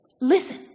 listen